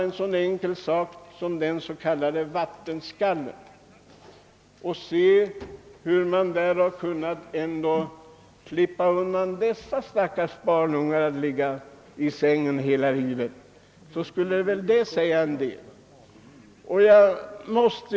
En sådan sjukdom som den s.k. vattenskallen kan numera botas, och de stackars barnungar som har fått den slipper nu att bli liggande hela livet.